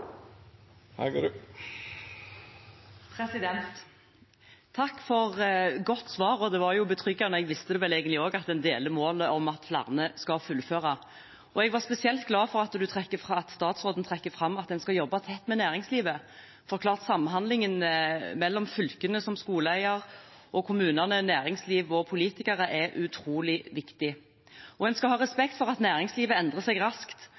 Takk for godt svar, og det var betryggende – jeg visste det vel egentlig også – at vi deler målet om at flere skal fullføre. Jeg var spesielt glad for at statsråden trakk fram at en skal jobbe tett med næringslivet, for samhandlingen mellom fylkene som skoleeier og kommunene, næringsliv og politikere er utrolig viktig. En skal ha respekt for at næringslivet endrer seg raskt,